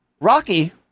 Rocky